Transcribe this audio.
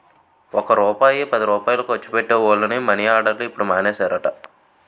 ఒక్క రూపాయి పదిరూపాయలు ఖర్చు పెట్టే వోళ్లని మని ఆర్డర్లు ఇప్పుడు మానేసారట